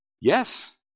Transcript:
Yes